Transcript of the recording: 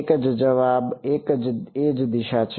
એક જ જવાબ એ જ દિશા છે